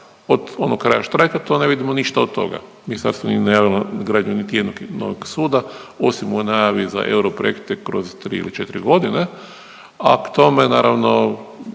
od onog kraja štrajka to ne vidimo ništa od toga. Ministarstvo nije najavilo gradnju niti jednog novog suda, osim u najavi za Euro projekte kroz 3 ili 4 godine, a k tome naravno